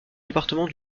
département